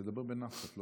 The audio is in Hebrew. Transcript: תדבר בנחת.